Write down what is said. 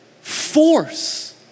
force